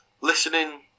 listening